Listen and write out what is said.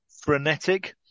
frenetic